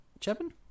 Chapin